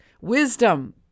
wisdom